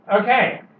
Okay